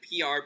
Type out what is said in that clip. PR